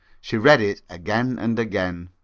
she read it again and again.